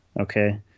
Okay